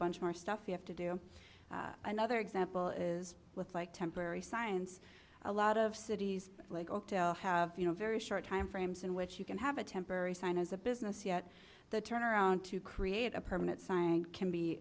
bunch more stuff you have to do another example is with like temporary science a lot of cities have you know very short time frames in which you can have a temporary sign as a business yet the turnaround to create a permanent sighing can be